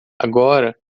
agora